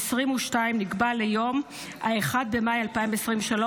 22 נקבע ליום 1 במאי 2023,